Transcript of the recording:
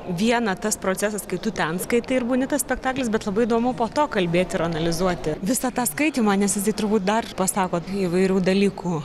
viena tas procesas kai tu ten skaitai ir būni tas spektaklis bet labai įdomu po to kalbėti ir analizuoti visą tą skaitymą nes jisai turbūt dar pasako įvairių dalykų